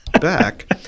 back